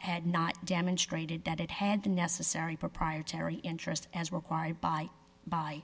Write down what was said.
had not demonstrated that it had the necessary proprietary interest as required by by